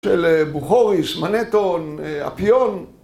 של בוכוריס, מנטון, אפיון